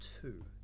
two